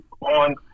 on